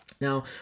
Now